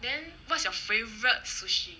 then what's your favorite sushi